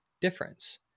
difference